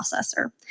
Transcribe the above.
processor